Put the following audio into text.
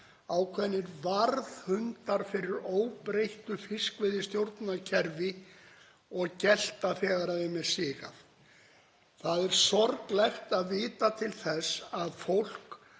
ákveðnir varðhundar fyrir óbreytt fiskveiðistjórnarkerfi og gelta þegar þeim er sigað. Það er sorglegt að vita til þess að fólk